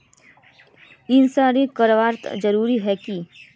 Insurance कराना जरूरी ही है की?